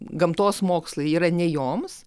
gamtos mokslai yra ne joms